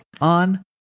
on